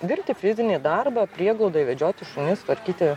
dirbti fizinį darbą prieglaudoj vedžioti šunis tvarkyti